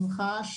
ממך,